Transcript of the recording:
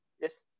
Yes